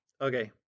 Okay